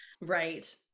Right